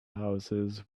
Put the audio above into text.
houses